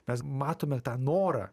mes matome tą norą